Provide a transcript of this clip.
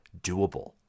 doable